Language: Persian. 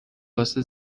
واسه